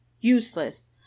useless